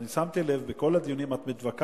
שמתי לב שבכל הדיונים את מתווכחת.